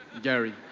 gary,